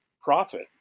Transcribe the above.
profit